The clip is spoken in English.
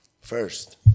first